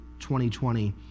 2020